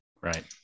Right